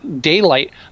daylight